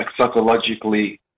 psychologically